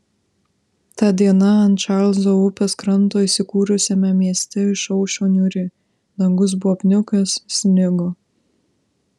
ta diena ant čarlzo upės kranto įsikūrusiame mieste išaušo niūri dangus buvo apniukęs snigo